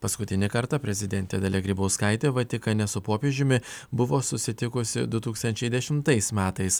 paskutinį kartą prezidentė dalia grybauskaitė vatikane su popiežiumi buvo susitikusi du tūkstančiai dešimtais metais